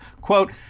Quote